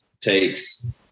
takes